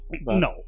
No